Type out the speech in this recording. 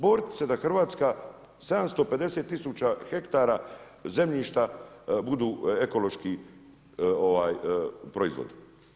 Boriti se da Hrvatska 750.000 hektara zemljišta budu ekološki proizvodi.